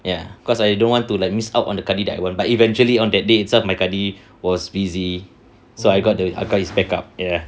ya cause I don't want to like miss out on the kadi that I want but eventually on that day itself my kadi was busy so I got the I got his back up ya